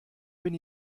bin